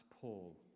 Paul